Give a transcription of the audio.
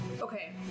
Okay